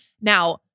Now